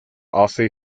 ouse